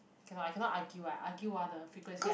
cannot I cannot argue I argue ah the frequency